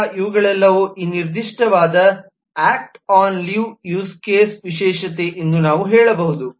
ಮತ್ತು ಇವುಗಳು ಎಂದು ನಾವು ಹೇಳಬಹುದು ಮೂಲತಃ ಈ ನಿರ್ದಿಷ್ಟ 'act on leave 'Act on Leave' use case ನ ಎಲ್ಲಾ ವಿಶೇಷತೆಗಳನ್ನೂ ಹೊಂದಿದೆ